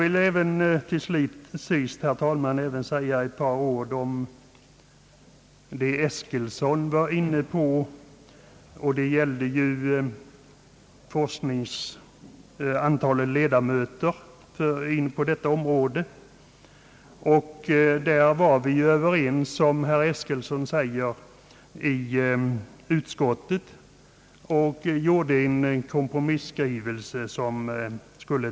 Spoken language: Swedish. Till sist, herr talman, vill jag även säga ett par ord om antalet ledamöter i forskningsnämnden, vilket herr Eskilsson var inne på. Som herr Eskilsson sade, var vi i utskottet överens om en kompromisskrivning.